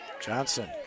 Johnson